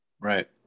Right